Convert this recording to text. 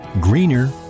greener